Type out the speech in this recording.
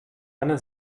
eine